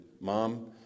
mom